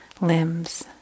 limbs